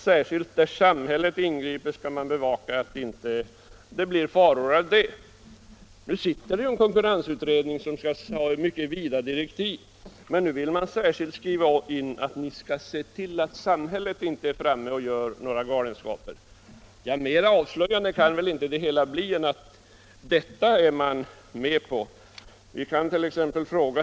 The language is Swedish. Särskilt där samhället ingriper skulle man bevaka att det inte uppstår några faror. Det finns ju en konkurrenslagstiftningsutredning med mycket vida direktiv, men motionärerna vill särskilt skriva in i direktiven att utredningen skall se till att samhället inte är framme och gör några galenskaper. Mera avslöjande kan det väl inte bli.